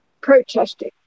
protesting